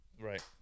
right